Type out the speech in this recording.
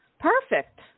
Perfect